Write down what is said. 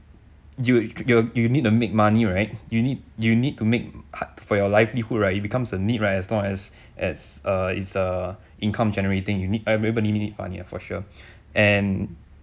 you you you need to make money right you need you need to make heart for your livelihood right it becomes a need right as long as as err it's err income generating you need everybody need money ah for sure and